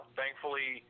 thankfully